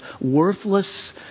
worthless